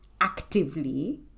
actively